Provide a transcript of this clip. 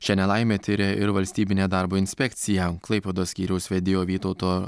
šią nelaimę tiria ir valstybinė darbo inspekcija klaipėdos skyriaus vedėjo vytauto